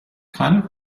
kind